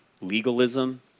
legalism